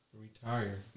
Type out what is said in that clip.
Retire